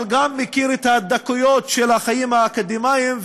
אבל גם מכיר את הדקויות של החיים האקדמיים,